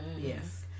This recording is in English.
Yes